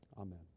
Amen